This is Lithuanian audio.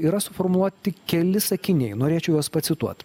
yra suformuoti keli sakiniai norėčiau juos pacituot